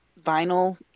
vinyl